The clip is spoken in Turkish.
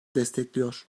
destekliyor